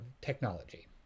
technology